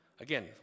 Again